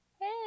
hey